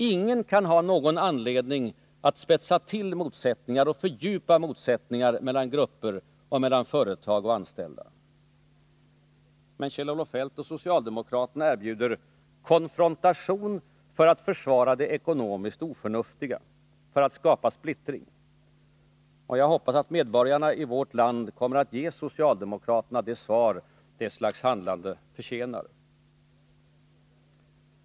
Ingen kan ha någon anledning att spetsa till eller fördjupa motsättningar mellan grupper och mellan företag och anställda. Men Kjell-Olof Feldt och övriga socialdemokrater erbjuder konfrontation för att försvara det ekonomiskt oförnuftiga, för att skapa splittring. Jag hoppas att medborgarna i vårt land kommer att ge socialdemokraterna det svar som ett sådant handlande förtjänar.